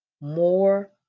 more